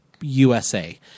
USA